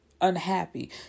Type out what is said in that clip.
unhappy